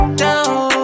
down